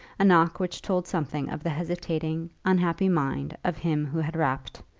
a knock which told something of the hesitating unhappy mind of him who had rapped,